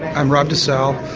i'm rob de salle,